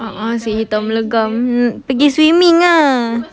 a'ah seh hitam legam pergi swimming ah